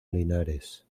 linares